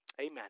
Amen